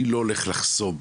אני לא הולך לחסום,